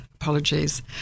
Apologies